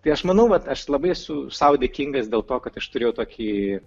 tai aš manau vat aš labai esu sau dėkingas dėl to kad aš turėjau tokį